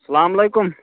السلام علیکُم